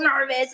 nervous